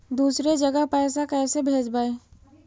दुसरे जगह पैसा कैसे भेजबै?